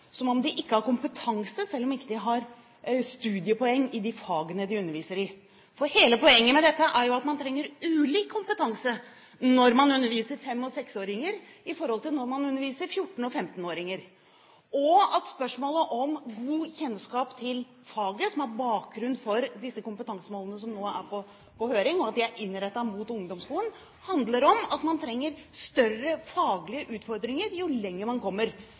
som om de ikke har kompetanse, selv om de ikke har studiepoeng i de fagene de underviser i. Hele poenget med dette er jo at man trenger ulik kompetanse når man underviser 5- og 6-åringer, i forhold til når man underviser 14- og 15-åringer. Spørsmålet om god kjennskap til faget, som er bakgrunnen for de kompetansemålene som nå er på høring, og at de er innrettet mot ungdomsskolen, handler om at man trenger større faglige utfordringer jo lenger man kommer